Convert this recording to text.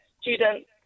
students